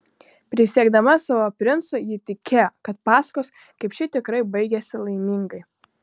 prisiekdama savo princui ji tikėjo kad pasakos kaip ši tikrai baigiasi laimingai